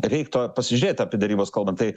reiktų a pasižiūrėt apie derybas kalbant tai